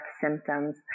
symptoms